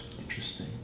Interesting